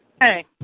Hey